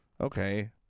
Okay